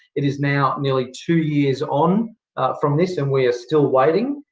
it is now nearly two years on from this, and we are still waiting.